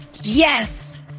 Yes